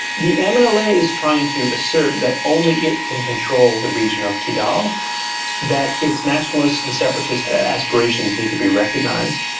the um and mnla is trying to assert that only it can control the region of kidal, that its nationalist and separatist aspirations need to be recognised,